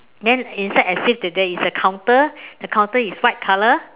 then I see there there is a counter the counter is white color